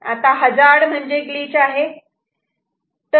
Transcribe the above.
आता हजार्ड म्हणजे ग्लिच आहे